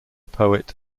poet